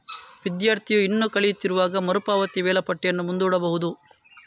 ವಿದ್ಯಾರ್ಥಿಯು ಇನ್ನೂ ಕಲಿಯುತ್ತಿರುವಾಗ ಮರು ಪಾವತಿ ವೇಳಾಪಟ್ಟಿಯನ್ನು ಮುಂದೂಡಬಹುದು